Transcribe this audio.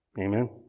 Amen